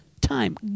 time